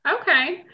Okay